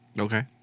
Okay